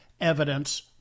evidence